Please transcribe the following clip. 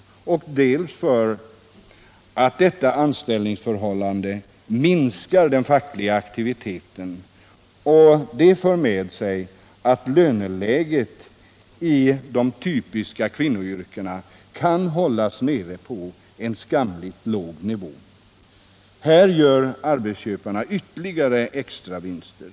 Detta anställningsförhållande minskar också den fackliga aktiviteten. Det Nr 24 för med sig att löneläget i de typiska kvinnoyrkena kan hållas på en Torsdagen den skamligt låg nivå. Här gör arbetsköparna ytterligare extravinster.